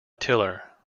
tiller